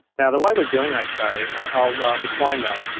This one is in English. now the way we're doing eight k, and i'll ah explain that.